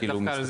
נכון.